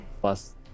plus